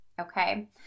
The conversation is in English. Okay